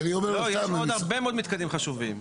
לא, יש עוד הרבה מאוד מתקנים חשובים.